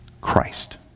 Christ